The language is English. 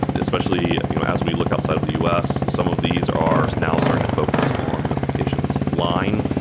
especially you know as we look outside of the us, some of these are now starting to focus on notifications. line,